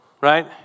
right